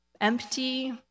empty